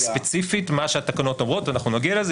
ספציפית מה שהתקנות אומרות ואנחנו נגיע לזה,